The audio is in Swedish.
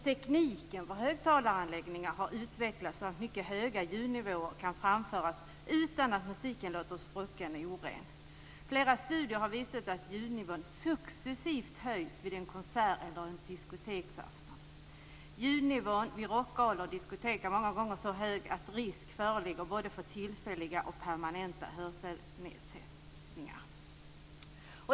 Tekniken i fråga om högtalaranläggningar har utvecklats så att musik kan framföras vid mycket höga ljudnivåer utan att låta sprucken eller oren. Flera studier har visat att ljudnivån successivt höjs vid en konsert eller en diskoteksafton. Ljudnivån vid rockgalor och på diskotek är många gånger så hög att risk föreligger för både tillfälliga och permanenta hörselnedsättningar.